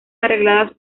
arregladas